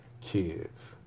kids